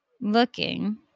looking